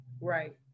Right